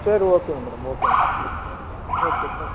சரி ஓகேங்க மேடம் ஓகேங்க ஓகே ஆ